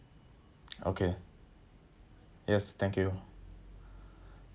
okay yes thank you